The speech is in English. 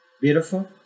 Beautiful